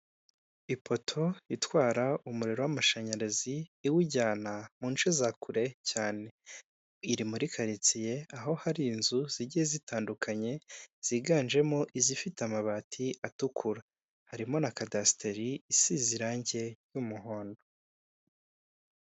Ifoto itwara umuriro w'amashanyarazi iwujyana mu nce za kure cyane, iri muri karitsiye aho hari inzu zigiye zitandukanye ziganjemo izifite amabati atukura, harimo na kadasiteri isize irange y'umuhondo.